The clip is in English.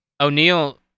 O'Neill